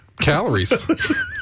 calories